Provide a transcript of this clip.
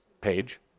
Page